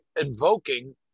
invoking